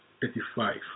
thirty-five